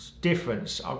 Difference